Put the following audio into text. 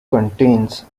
contains